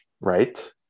right